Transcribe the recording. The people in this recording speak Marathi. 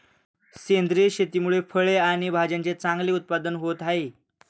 सेंद्रिय शेतीमुळे फळे आणि भाज्यांचे चांगले उत्पादन होत आहे